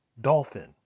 Dolphin